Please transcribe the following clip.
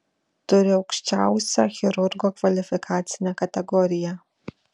turi aukščiausią chirurgo kvalifikacinę kategoriją